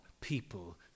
people